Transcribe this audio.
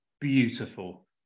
beautiful